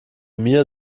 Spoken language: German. mir